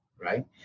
right